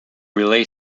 relay